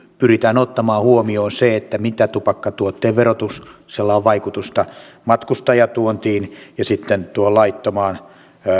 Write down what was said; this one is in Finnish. pyritään ottamaan huomioon se mitä vaikutusta tupakkatuotteen verotuksella on matkustajatuontiin ja laittomaan